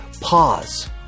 pause